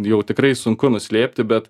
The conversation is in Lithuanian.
jau tikrai sunku nuslėpti bet